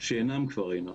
שאינם כפרי נוער.